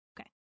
Okay